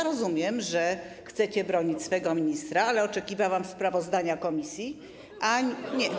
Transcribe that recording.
Rozumiem, że chcecie bronić swego ministra, ale oczekiwałam sprawozdania komisji, a nie.